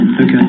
Okay